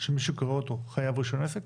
של מי שקורא אותו, חייב רישיון עסק?